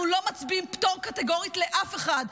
לא מצביעים על פטור קטגורית לאף אחד.